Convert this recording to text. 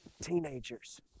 teenagers